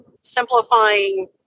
simplifying